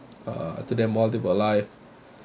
uh to them while they were alive